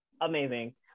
amazing